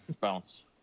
bounce